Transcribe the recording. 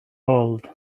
old